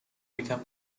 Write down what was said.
become